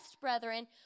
brethren